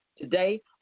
Today